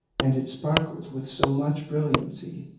and it sparkled with so much brilliancy,